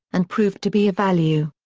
and proved to be of value.